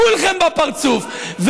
לכולכם בפרצוף,